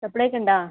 സപ്പ്ളിയൊക്കെയുണ്ടോ